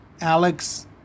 Alex